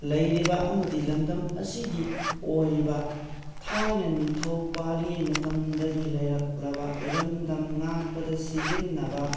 ꯂꯩꯔꯤꯕ ꯑꯃꯗꯤ ꯂꯝꯗꯝ ꯑꯁꯤꯒꯤ ꯑꯣꯏꯕ ꯊꯥꯏꯅ ꯅꯤꯡꯊꯧ ꯄꯥꯜꯂꯤꯉꯩ ꯃꯇꯝꯗꯒꯤ ꯂꯩꯔꯛꯂꯕ ꯏꯔꯝꯗꯝ ꯉꯥꯛꯄꯗ ꯁꯤꯖꯤꯟꯅꯕ